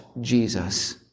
Jesus